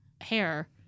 hair